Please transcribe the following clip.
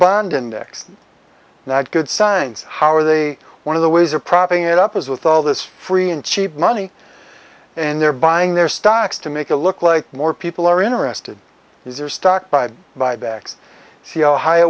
bond index not good signs how are they one of the ways are propping it up as with all this free and cheap money and they're buying their stocks to make it look like more people are interested is there stock by buybacks see ohio